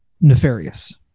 nefarious